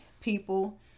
people